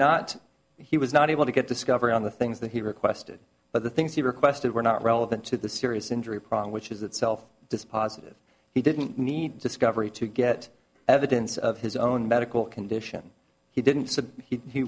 not he was not able to get discovery on the things that he requested but the things he requested were not relevant to the serious injury problem which is itself dispositive he didn't need discovery to get evidence of his own medical condition he didn't so he